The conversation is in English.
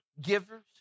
givers